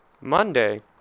Monday